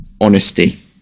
honesty